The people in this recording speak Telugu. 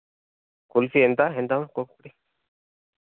కుల్ఫీ ఎంత ఎంత ఒక్కొక్కటి